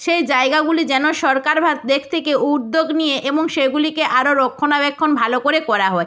সেই জায়গাগুলি যেন সরকার ভা দেখ থেকে উদ্যোগ নিয়ে এবং সেগুলিকে আরো রক্ষণাবেক্ষণ ভালো করে করা হয়